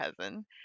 cousin